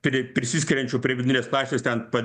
pri prisiskiriančių prie vidurinės pačios ten pad